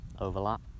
overlap